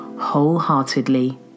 wholeheartedly